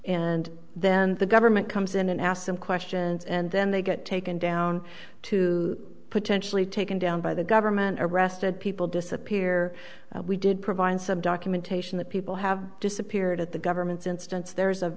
and then the government comes in and ask them questions and then they get taken down to potentially taken down by the government arrested people disappear we did provide some documentation the people have disappeared at the government's instance there's a